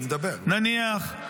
נניח,